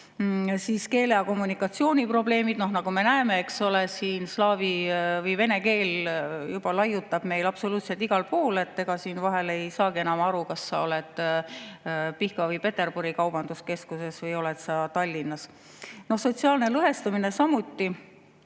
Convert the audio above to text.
Siis keele‑ ja kommunikatsiooniprobleemid. Nagu me näeme, eks ole, slaavi või vene keel juba laiutab meil absoluutselt igal pool, ega siin vahel ei saagi enam aru, kas sa oled Pihkva või Peterburi kaubanduskeskuses või oled sa Tallinnas. Sotsiaalne lõhestumine samuti.